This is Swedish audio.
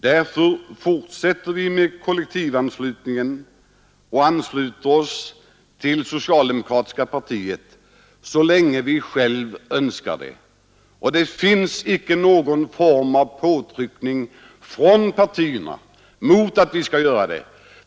Därför fortsätter vi med kollektivanslutningen till det socialdemokratiska partiet så länge vi själva önskar det. Det sker icke någon form av påtryckning från partiet för att vi skall göra det.